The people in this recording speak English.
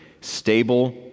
stable